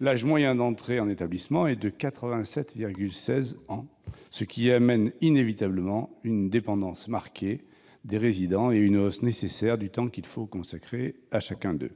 l'âge moyen d'entrée en établissement est de 87,16 ans, ce qui amène inévitablement une dépendance marquée des résidents et une hausse nécessaire du temps qu'il faut consacrer à chacun d'eux.